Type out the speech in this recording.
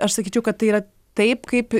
aš sakyčiau kad tai yra taip kaip